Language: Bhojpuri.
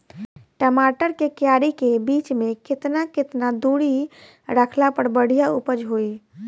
टमाटर के क्यारी के बीच मे केतना केतना दूरी रखला पर बढ़िया उपज होई?